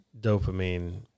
dopamine